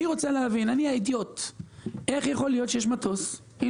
אני האידיוט רוצה להבין איך יכול להיות שמטוס לא